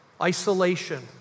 isolation